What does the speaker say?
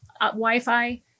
Wi-Fi